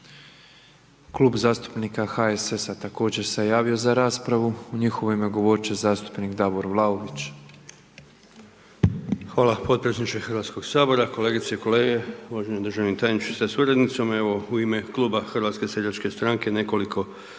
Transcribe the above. Klub zastupnika HSS-a također se javio za raspravu, u njihovo ime govorit će zastupnik Davor Vlaović.